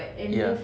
ya